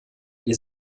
ihr